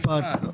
רק משפט.